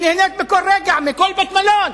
היא נהנית מכל רגע, מכל בית-מלון,